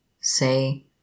Say